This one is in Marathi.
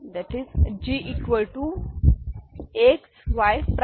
Y' X Y E X'